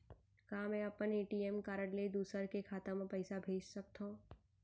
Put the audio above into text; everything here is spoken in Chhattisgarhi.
का मैं अपन ए.टी.एम कारड ले दूसर के खाता म पइसा भेज सकथव?